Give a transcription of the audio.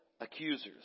accusers